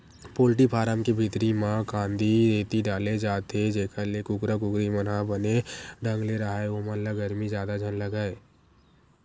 poultry farm के भीतरी म कांदी, रेती डाले जाथे जेखर ले कुकरा कुकरी मन ह बने ढंग ले राहय ओमन ल गरमी जादा झन लगय